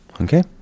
okay